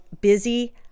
busy